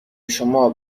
شما